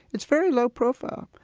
its very low profile,